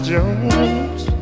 Jones